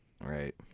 right